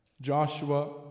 Joshua